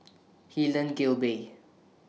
Helen Gilbey